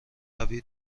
قوی